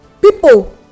people